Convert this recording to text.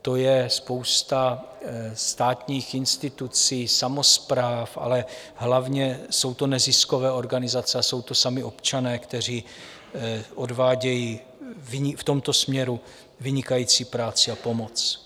To je spousta státních institucí, samospráv, ale hlavně jsou to neziskové organizace a jsou to sami občané, kteří odvádějí v tomto směru vynikající práci a pomoc.